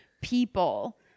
people